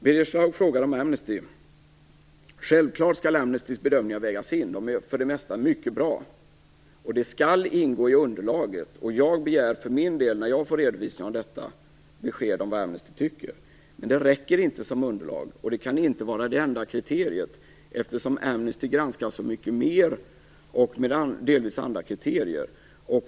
Birger Schlaug frågar om Amnesty. Självklart skall Amnestys bedömningar vägas in. De är för det mesta mycket bra, och de skall ingå i underlaget. Jag begär för min del, när jag får redovisningar om detta, besked om vad Amnesty tycker. Men det räcker inte som underlag. Det kan inte vara det enda kriteriet, eftersom Amnesty granskar så mycket mer och med delvis andra kriterier.